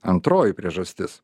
antroji priežastis